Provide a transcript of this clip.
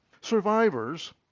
Survivors